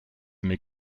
mes